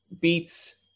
beats